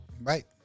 Right